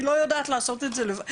היא לא יודעת לעשות את זה לבד.